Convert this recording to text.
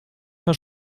paar